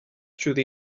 through